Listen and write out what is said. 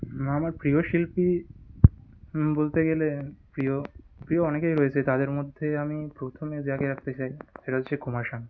হ্যাঁ আমার প্রিয় শিল্পী বলতে গেলে প্রিয় প্রিয় অনেকেই রয়েছে তাদের মধ্যে আমি প্রথমে যাকে রাখতে চাই সেটা হচ্ছে কুমার শানু